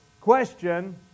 question